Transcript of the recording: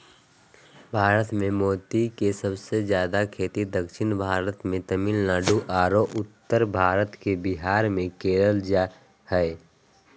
भारत मे मोती के सबसे जादे खेती दक्षिण भारत मे तमिलनाडु आरो उत्तर भारत के बिहार मे करल जा हय